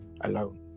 alone